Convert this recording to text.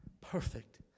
perfect